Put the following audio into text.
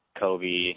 kobe